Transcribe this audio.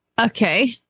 Okay